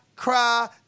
Cry